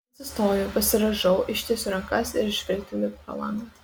atsistoju pasirąžau ištiesiu rankas ir žvilgteliu pro langą